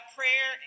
prayer